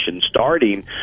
starting